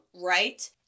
right